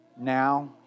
now